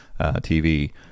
TV